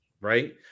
right